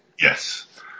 Yes